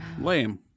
Lame